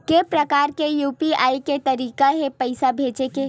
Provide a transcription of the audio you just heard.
के प्रकार के यू.पी.आई के तरीका हे पईसा भेजे के?